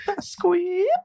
Squeeze